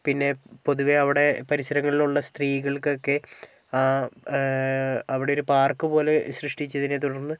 പിന്നെ പൊതുവേ അവിടെ പരിസരങ്ങളിൽ ഉള്ള സ്ത്രീകൾക്കൊക്കെ അവിടെ ഒരു പാർക്ക് പോലെ സൃഷ്ടിച്ചതിനെ തുടർന്ന്